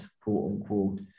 quote-unquote